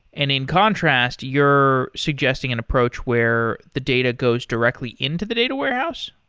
and in contrast, you're suggesting an approach where the data goes directly into the data warehouse?